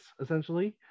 essentially